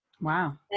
Wow